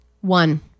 One